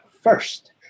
first